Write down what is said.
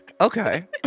Okay